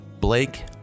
Blake